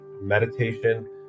meditation